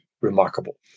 remarkable